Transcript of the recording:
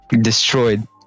destroyed